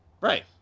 Right